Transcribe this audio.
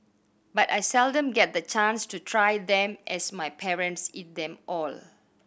but I seldom get the chance to try them as my parents eat them all